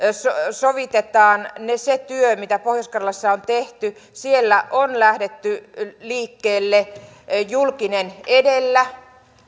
sovitetaan se työ mitä pohjois karjalassa on tehty siellä on lähdetty liikkeelle julkinen edellä